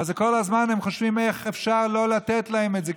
אז כל הזמן הם חושבים איך אפשר לא לתת להם את זה,